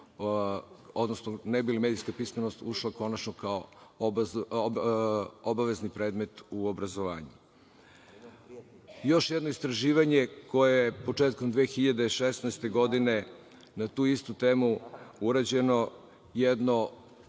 odnosno ne bi li medijska pismenost ušla konačno kao obavezni predmet u obrazovanju. Još jedno istraživanje koje je početkom 2016. godine na tu istu temu urađeno je